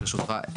ברשותך,